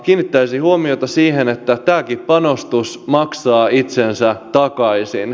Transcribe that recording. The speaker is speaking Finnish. kiinnittäisin huomiota siihen että tämäkin panostus maksaa itsensä takaisin